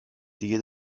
دیگه